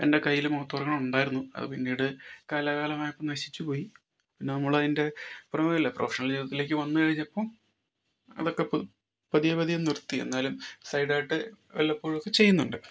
എൻ്റെ കയ്യിൽ mouth organ ഉണ്ടായിരുന്നു അതു പിന്നീട് കാലാകാലമായപ്പം നശിച്ചുപോയി പിന്നെ നമ്മളതിൻ്റെ പുറമേയുള്ള പ്രൊഫഷണൽ ജീവിതത്തിലേക്ക് വന്നു കഴിഞ്ഞപ്പം അതൊക്കെ ഇപ്പം പതിയെ പതിയെ നിർത്തി എന്നാലും സൈഡായിട്ട് വല്ലപ്പോഴും ഒക്കെ ചെയ്യുന്നുണ്ട്